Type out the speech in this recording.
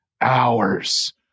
hours